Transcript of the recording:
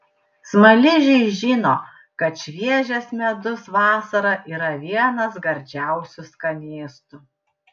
smaližiai žino kad šviežias medus vasarą yra vienas gardžiausių skanėstų